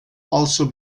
also